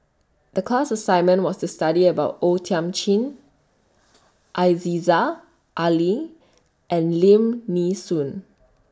The class assignment was to study about O Thiam Chin Aziza Ali and Lim Nee Soon